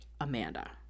Amanda